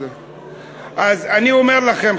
אז אני אומר לכם,